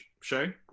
Shay